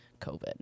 COVID